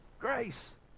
grace